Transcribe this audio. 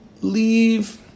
leave